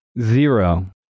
Zero